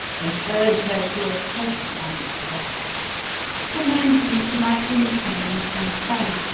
and urge her to a present answer back commend me to my kinsmen and my son.